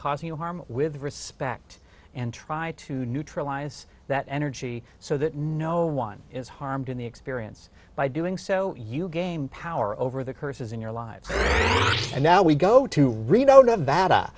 causing harm with respect and try to neutralize that energy so that no one is harmed in the experience by doing so you gain power over the curses in your lives and now we go to reno nevada